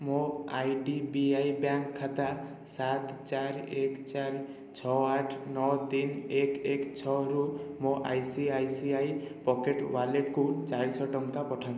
ମୋ IDBI bank ଖାତା ସାତ ଚାରି ଏକ ଚାରି ଛଅ ଆଠ ନଅ ତିନି ଏକ ଏକ ଛଅରୁ ମୋ ଆଇସିଆଇସିଆଇ ପକେଟ୍ ୱାଲେଟକୁ ଚାରିଶହ ଟଙ୍କା ପଠାନ୍ତୁ